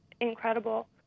incredible